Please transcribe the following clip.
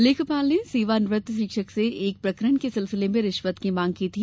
लेखापाल ने सेवानिवृत्त शिक्षक से एक प्रकरण के सिलसिले में रिश्वत की मांग की थी